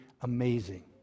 amazing